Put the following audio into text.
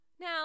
Now